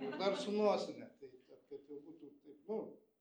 ir dar su nosine tai ta kad jau būtų taip nu